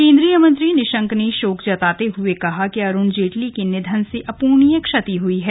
केंद्रीय मंत्री निशंक ने शोक जताते हुए कहा कि अरुण जेटली के निधन से अप्रणीय क्षति हुई है